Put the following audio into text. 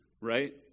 right